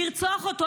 לרצוח אותו.